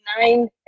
Nine